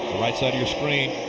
right side of your screen,